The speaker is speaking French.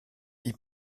hip